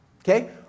Okay